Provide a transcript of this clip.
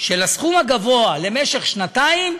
של הסכום הגבוה למשך שנתיים,